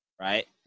right